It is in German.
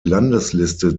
landesliste